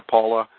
ah paula,